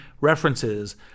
references